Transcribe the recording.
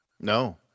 No